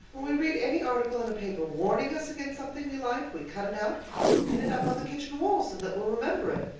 when we read any article in a paper warning us against something we like we cut it out and pin it up on the kitchen wall so that we'll remember it.